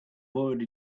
already